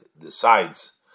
decides